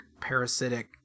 parasitic